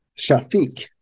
Shafiq